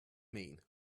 mean